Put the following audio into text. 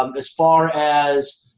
um as far as.